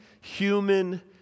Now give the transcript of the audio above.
human